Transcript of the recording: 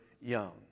young